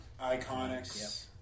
Iconics